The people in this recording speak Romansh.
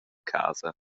casa